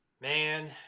man